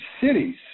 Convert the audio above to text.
cities